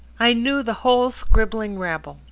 i knew the whole scribbling rabble,